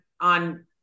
on